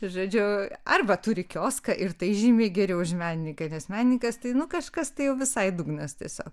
žodžiu arba turi kioską ir tai žymiai geriau už menininką nes menininkas tai nu kažkas tai jau visai dugnas tiesiog